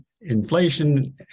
inflation